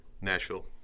Nashville